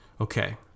okay